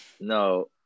No